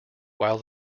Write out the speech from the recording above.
while